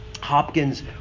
Hopkins